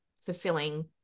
fulfilling